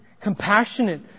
compassionate